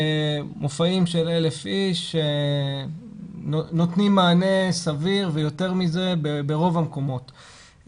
מופעים של 1,000 איש נותנים מענה סביר ויותר מזה ברוב המקומות.